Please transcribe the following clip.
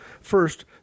First